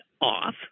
off